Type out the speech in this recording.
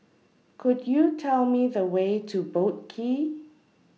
Could YOU Tell Me The Way to Boat Quay